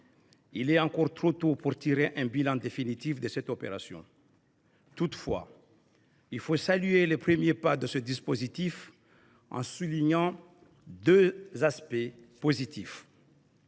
il est encore trop tôt pour en tirer un bilan définitif. Toutefois, il faut saluer les premiers pas de ce dispositif. J’en soulignerai deux aspects positifs.